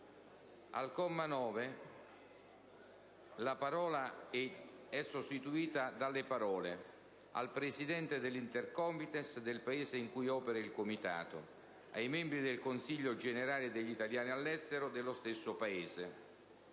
Al comma 9 la parola «e» sarebbe sostituita dalle parole: «al Presidente dell'Intercomites del Paese in cui opera il Comitato, ai membri del Consiglio generale degli italiani all'estero dello stesso Paese,».